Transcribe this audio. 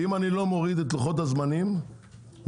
אם אני לא מוריד את לוחות הזמנים וההוצאה,